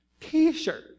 T-shirt